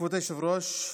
כבוד היושב-ראש,